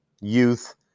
youth